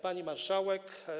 Pani Marszałek!